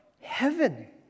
heaven